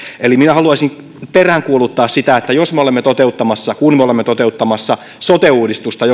eli haluaisin peräänkuuluttaa sitä että jos me olemme toteuttamassa ja kun me olemme toteuttamassa sote uudistusta